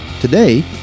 Today